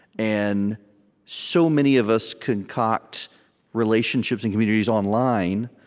and so many of us concoct relationships and communities online,